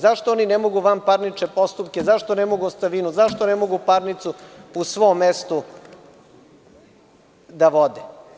Zašto oni ne mogu vanparnične postupke, zašto ne mogu ostavinu, zašto ne mogu parnicu u svom mestu da vode?